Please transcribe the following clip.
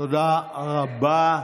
תודה רבה.